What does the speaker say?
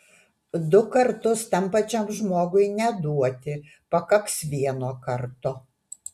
du kartus tam pačiam žmogui neduoti pakaks vieno karto